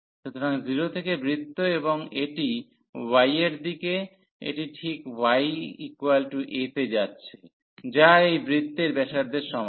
সুতরাং 0 থেকে বৃত্ত এবং এটি y এর দিকে এটি ঠিক ya তে যাচ্ছে যা এই বৃত্তের ব্যাসার্ধের সমান